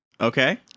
okay